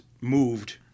moved